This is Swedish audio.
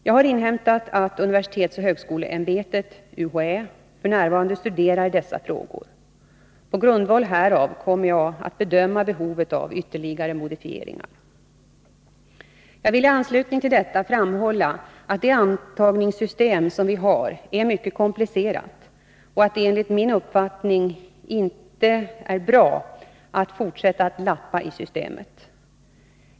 Jag har inhämtat att universitetsoch högskoleämbetet f. n. studerar dessa frågor. På grundval härav kommer jag att bedöma behovet av ytterligare modifieringar. Jag vill i anslutning till detta framhålla att det antagningssystem vi har är mycket komplicerat och att det enligt min uppfattning inte är bra att fortsätta att ”lappa” i systemet.